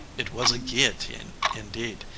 it was a guillotine indeed,